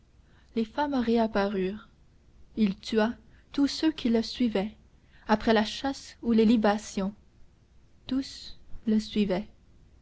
les femmes réapparurent il tua tous ceux qui le suivaient après la chasse ou les libations tous le suivaient